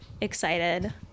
excited